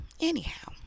anyhow